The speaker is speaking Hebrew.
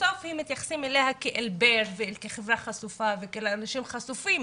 בסוף מתייחסים אליה כחברה חשופה וכאל אנשים חשופים